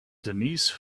denise